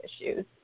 issues